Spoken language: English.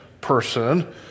person